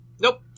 Nope